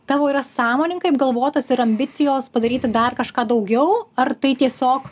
tavo yra sąmoningai apgalvotas ir ambicijos padaryti dar kažką daugiau ar tai tiesiog